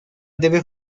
debe